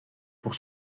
pour